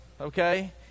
Okay